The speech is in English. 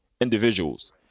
individuals